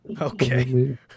Okay